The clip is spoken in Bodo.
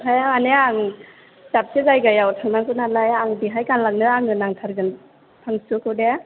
ओमफ्राय माने आं दाबसे जायगायाव थांनांगौ नालाय आं बेवहाय गानलांनो आंनो नांथारगोन पान्सुखौ दे